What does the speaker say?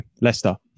Leicester